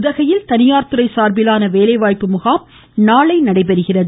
உதகையில் தனியார் துறை சார்பிலான வேலைவாய்ப்பு முகாம் நாளை நடைபெறுகிறது